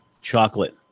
chocolate